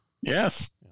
Yes